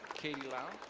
katie lao.